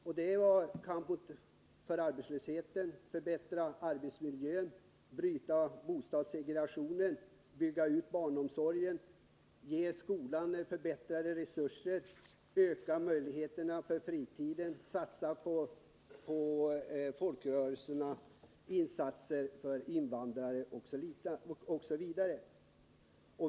Det gällde att kämpa mot arbetslösheten, att förbättra arbetsmiljön, att bryta bostadssegregationen, att bygga ut barnomsorgen, att ge skolan förbättrade resurser, att öka möjligheterna under fritiden, att satsa på folkrörelserna, att göra insatser för invandrarna osv.